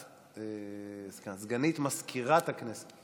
סגנית מזכירת הכנסת.